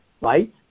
right